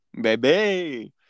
Baby